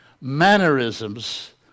mannerisms